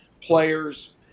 players